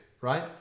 right